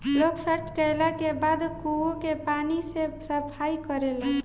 लोग सॉच कैला के बाद कुओं के पानी से सफाई करेलन